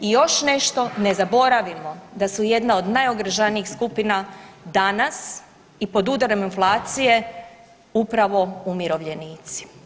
I još nešto, ne zaboravimo da su jedna od najugroženijih skupina danas i pod udarom inflacije upravo umirovljenici.